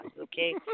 okay